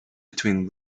between